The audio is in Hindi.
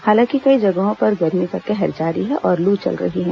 हालांकि कई जगहों पर गर्मी का कहर जारी है और लू चल रही है